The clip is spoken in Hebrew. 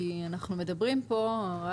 כי אנחנו מדברים פה על